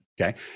Okay